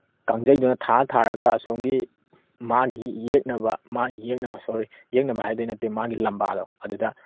ꯀꯥꯡꯖꯩꯗꯨꯅ ꯊꯥꯔ ꯊꯥꯔꯒ ꯑꯁꯣꯝꯒꯤ ꯃꯥꯒꯤ ꯌꯦꯛꯅꯕ ꯃꯥꯒꯤ ꯌꯦꯛꯅꯕ ꯁꯣꯔꯤ ꯌꯦꯛꯅꯕ ꯍꯥꯏꯗꯣꯏ ꯅꯠꯇꯦ ꯃꯥꯒꯤ ꯂꯝꯕꯥꯗꯣ ꯑꯗꯨꯗ